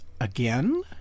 again